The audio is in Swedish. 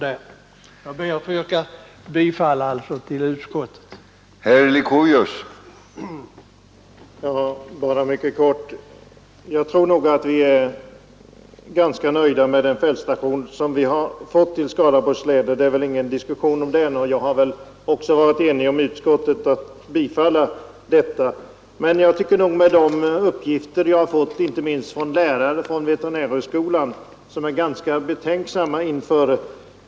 Jag ber alltså att få yrka bifall till utskottets förslag.